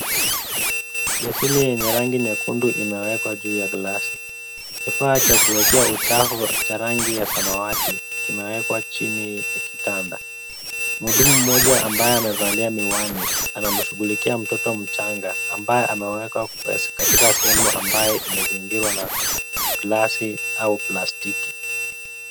Mashine yenye rangi nyekundu imewekwa juu glasi. Kifaa cha kuwekea uchafu cha rangi ya samawati kimewekwa chini ya kitanda. Mhudumu mmoja ambaye amevalia miwani anamshughulikia mtoto mchanga, ambaye amewekwa katika sehemu ambaye imezingirwa na glasi au plastiki.